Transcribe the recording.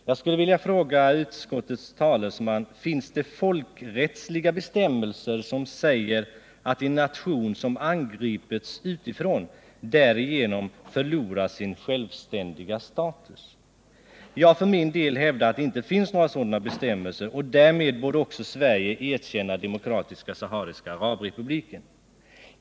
Jag skulle vilja fråga utskottets talesman: Finns det folkrättsliga bestämmelser som säger att en nation som angripits utifrån därigenom förlorar sin självständiga status? Jag för min del hävdar att det inte finns några sådana bestämmelser. Därmed borde också Sverige erkänna Demokratiska sahariska arabrepubliken.